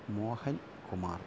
Mohan Kumar